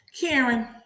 Karen